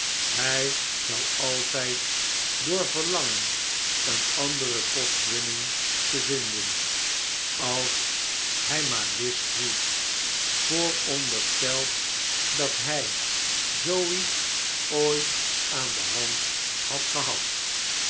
hg zou altgd door verlangen een andere kostwinning te vinden als hg maar wist hoe voorondersteld dat hjj zoo iets ooit aan de hand had gehad